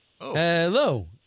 Hello